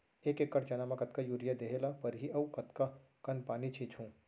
एक एकड़ चना म कतका यूरिया देहे ल परहि अऊ कतका कन पानी छींचहुं?